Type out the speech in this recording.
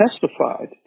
testified